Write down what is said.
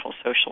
social